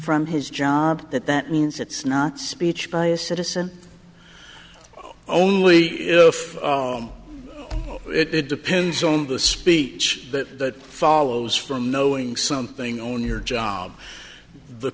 from his job that that means it's not speech by a citizen only if it depends on the speech that follows from knowing something own your job the